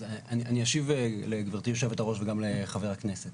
אז אני אשיב לגברתי יושבת הראש וגם לחבר הכנסת.